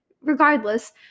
regardless